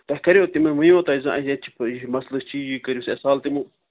تۄہہِ کَریو تِمن ونیو تۄہہِ زاہ ییٚتہِ چھِ یہِ چھُ مسلہٕ چھُ یہِ کٔرِو